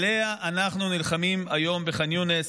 עליה אנחנו נלחמים היום בח'אן יונס.